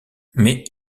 mais